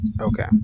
Okay